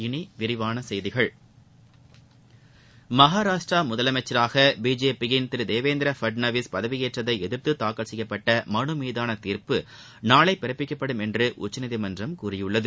இனி விரிவான செய்திகள் மகாராஷ்டிரா முதலமைச்சராக பிஜேபி யிள் திரு தேவேந்திர பட்நவிஸ் பதவியேற்றதை எதிா்த்து தாக்கல் செய்யப்பட்ட மனு மீதான தீர்ப்பு நாளை பிறப்பிக்கப்படும் என்று உச்சநீதிமன்றம் கூறியுள்ளது